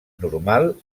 normal